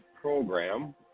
program